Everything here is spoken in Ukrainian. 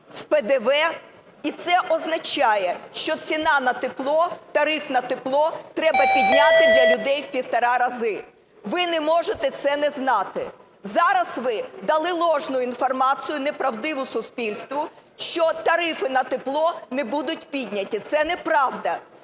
з ПДВ. І це означає, що ціна на тепло, тариф на тепло треба підняти для людей у півтора рази. Ви не можете це не знати. Зараз ви дали ложну інформацію, неправдиву, суспільству, що тарифи на тепло не будуть підняті. Це неправда.